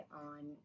on